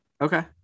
Okay